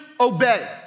obey